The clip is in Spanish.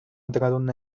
entraron